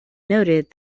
noted